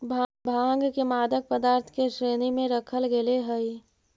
भाँग के मादक पदार्थ के श्रेणी में रखल गेले हइ